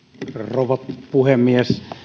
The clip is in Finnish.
rouva puhemies